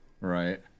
Right